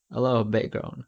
a lot of background